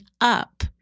up